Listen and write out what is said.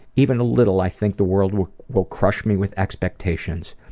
even a little, i think the world will will crush me with expectations.